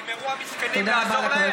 נגמרו המסכנים לעזור להם?